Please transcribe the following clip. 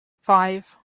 five